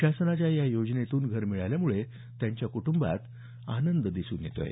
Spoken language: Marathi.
शासनाच्या या योजनेतून घर मिळाल्यामुळे त्यांच्या कुटंबात आनंद दिसून येत आहे